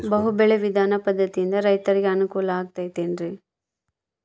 ಬಹು ಬೆಳೆ ವಿಧಾನ ಪದ್ಧತಿಯಿಂದ ರೈತರಿಗೆ ಅನುಕೂಲ ಆಗತೈತೇನ್ರಿ?